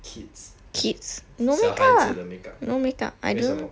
kids 小孩子的 makeup 为什么